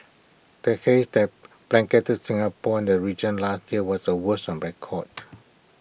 the haze that blanketed Singapore the region last year was the worst on record